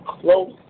close